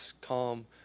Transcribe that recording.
calm